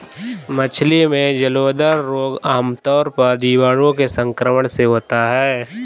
मछली में जलोदर रोग आमतौर पर जीवाणुओं के संक्रमण से होता है